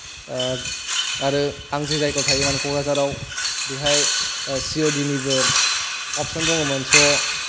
आरो आं जे जायगायाव थायोमोन क'क्राझारआव बेहाय सि अ दि निबो अफसन दंमोन स'